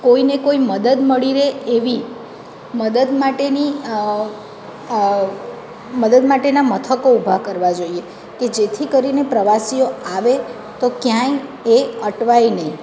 કોઈને કોઈ મદદ મળી રહે એવી મદદ માટેની મદદ માટેના મથકો ઊભા કરવા જોઈએ કે જેથી કરીને પ્રવાસીઓ આવે તો ક્યાંય એ અટવાય નહીં